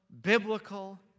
biblical